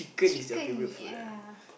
chicken ya